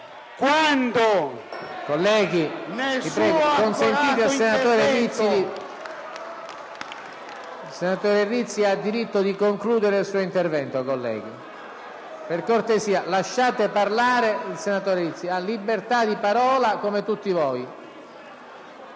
quando, nel suo accorato intervento,